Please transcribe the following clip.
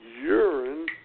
urine